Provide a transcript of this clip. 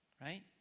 right